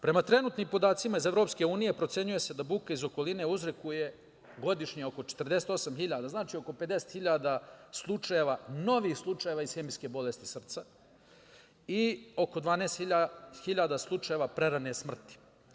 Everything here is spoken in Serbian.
Prema trenutnim podacima iz EU, procenjuje se da buka iz okoline uzrokuje godišnje oko 48.000, znači oko 50.000 novih slučajeva ishemijske bolesti srca i oko 12.000 slučajeva prerane smrti.